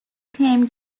came